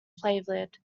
flavored